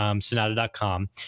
Sonata.com